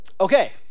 Okay